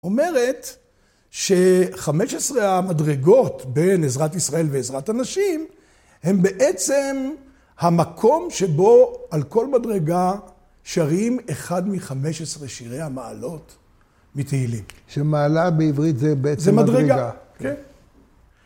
אומרת שחמש עשרה המדרגות בין עזרת ישראל ועזרת הנשים הן בעצם המקום שבו על כל מדרגה שרים אחד מחמש עשרה שירי המעלות מתהילים. שמעלה בעברית זה בעצם מדרגה.